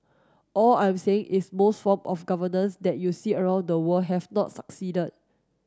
all I am saying is most form of governance that you see around the world have not succeeded